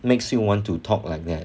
makes you want to talk like that